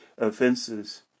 offenses